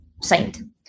signed